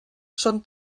són